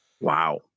Wow